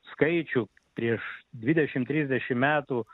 skaičių prieš dvidešim trisdešim metų